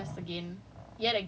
I guess okay now but